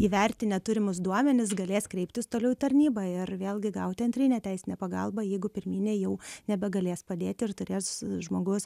įvertinę turimus duomenis galės kreiptis toliau į tarnybą ir vėlgi gauti antrinę teisinę pagalbą jeigu pirminė jau nebegalės padėti ir turės žmogus